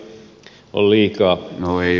no ei ole pakko